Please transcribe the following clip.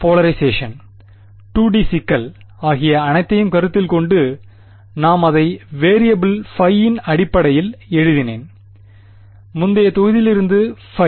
Mபோலரைசேஷன் 2 D சிக்கல் ஆகிய அனைத்தையும் கருத்தில் கொண்டு நான் அதை வெறியபில் φ ன் அடிப்படையில் எழுதினேன் முந்தைய தொகுதியிலிருந்துϕ